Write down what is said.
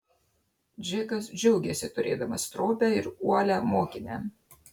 džekas džiaugėsi turėdamas stropią ir uolią mokinę